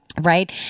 Right